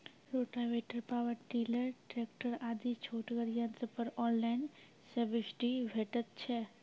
Rotavator, power tiller, tractor आदि छोटगर यंत्र पर ऑनलाइन सब्सिडी भेटैत छै?